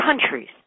countries